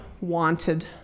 wanted